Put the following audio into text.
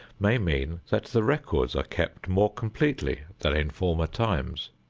may mean that the records are kept more completely than in former times.